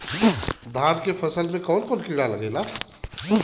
धान के फसल मे कवन कवन कीड़ा लागेला?